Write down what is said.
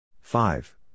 five